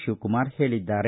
ಶಿವಕುಮಾರ ಹೇಳಿದ್ದಾರೆ